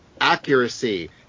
accuracy